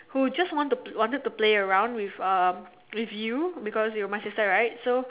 who just want to just wanted to play around with you cause I'm with my sister right so